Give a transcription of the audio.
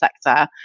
sector